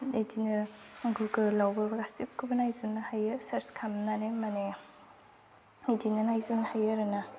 बिदिनो गुगोलावबो गासैखौबो नायजोबनो हायो सार्स खालामनानै माने बिदिनो नायजोबनो हायो आरोना